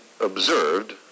observed